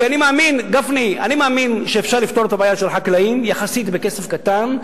כי אני מאמין שאפשר לפתור את הבעיה של החקלאים יחסית בכסף קטן,